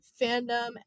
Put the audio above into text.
fandom